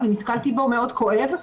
נושא כואב מאוד,